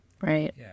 right